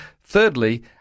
thirdly